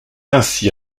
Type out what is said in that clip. ainsi